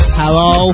hello